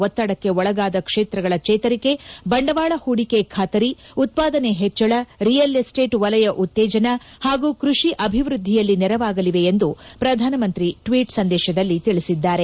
ಒತ್ತಡಕ್ಕೆ ಒಳಗಾದ ಕ್ಷೇತ್ರಗಳ ಚೇತರಿಕೆ ಬಂಡವಾಳ ಹೂಡಿಕೆ ಖಾತರಿ ಉತ್ವಾದನೆ ಹೆಚ್ಚಳ ರಿಯಲ್ ಎಸ್ಟೇಟ್ ವಲಯ ಉತ್ತೇಜನ ಹಾಗೂ ಕೃಷಿ ಅಭಿವೃದ್ದಿಯಲ್ಲಿ ನೆರವಾಗಲಿದೆ ಎಂದು ಪ್ರಧಾನಮಂತ್ರಿ ಟ್ವೀಟ್ ಸಂದೇಶದಲ್ಲಿ ತಿಳಿಸಿದ್ದಾರೆ